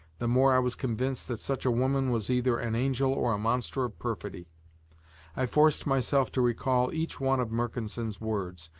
the more i was convinced that such a woman was either an angel or a monster of perfidy i forced myself to recall each one of mercanson's words,